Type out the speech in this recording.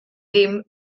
ddim